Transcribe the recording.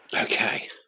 okay